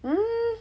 um